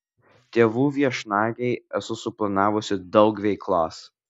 tėvų viešnagei esu suplanavusi daug veiklos